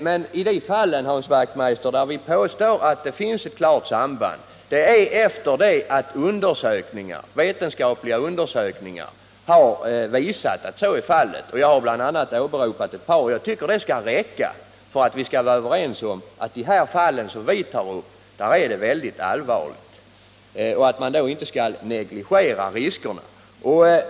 Jag vill till detta säga att i de fall vi påstår att det finns ett klart samband har vetenskapliga undersökningar visat att så är fallet. Jag har bl.a. åberopat ett par sådana undersökningar, och jag tycker att det borde räcka för att vi skall vara överens om att problemet är väldigt allvarligt, och att man därför inte skall negligera hälsoriskerna.